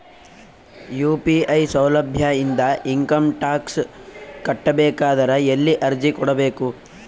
UPI ಸೌಲಭ್ಯ ಇಂದ income tax ಕಟ್ಟಬೇಕಾದರ ಎಲ್ಲಿ ಅರ್ಜಿ ಕೊಡಬೇಕು?